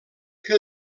que